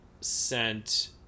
sent